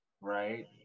right